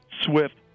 swift